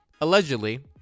Allegedly